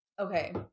Okay